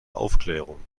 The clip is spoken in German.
aufklärung